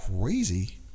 crazy